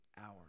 hours